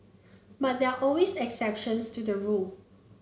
but there are always exceptions to the rule